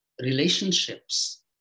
relationships